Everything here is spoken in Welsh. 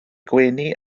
gwenu